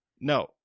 no